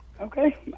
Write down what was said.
Okay